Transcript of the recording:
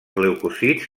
leucòcits